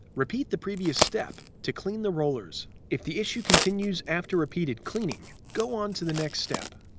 repeat the previous step to clean the rollers. if the issue continues after repeated cleaning, go on to the next step.